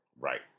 Right